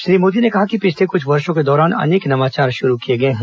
श्री मोदी ने कहा कि पिछले क्छ वर्षों के दौरान अनेक नवाचार शुरू किए गए हैं